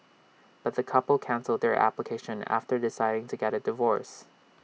but the couple cancelled their application after deciding to get A divorce